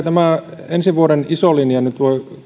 tämä ensi vuoden iso linja nyt